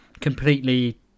completely